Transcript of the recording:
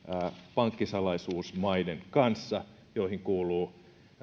pankkisalaisuusmaiden kanssa joihin kuuluvat